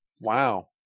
Wow